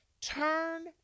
Turn